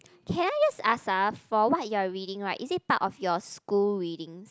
can I just ask ah for what you are reading right is it part of your school readings